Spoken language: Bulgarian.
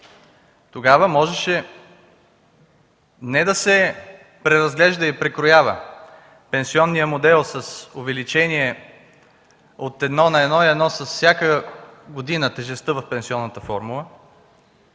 тогава можеше не да се преразглежда и прекроява пенсионният модел с увеличение от 1 на 1,1 с всяка година тежестта в пенсионната формула,